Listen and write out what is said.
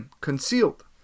concealed